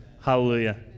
Hallelujah